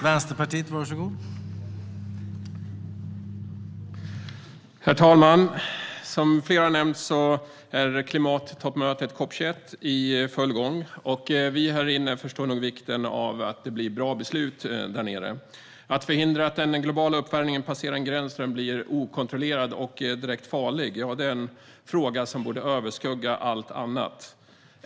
Herr talman! Som flera har nämnt är klimattoppmötet COP 21 i Paris i full gång. Vi här inne förstår nog vikten av att det blir bra beslut där nere. Att förhindra att den globala uppvärmningen passerar en gräns där den blir okontrollerad och direkt farlig är en fråga som borde överskugga allt annat.